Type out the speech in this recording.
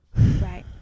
Right